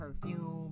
perfume